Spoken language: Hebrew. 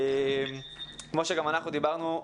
כמו שדיברנו,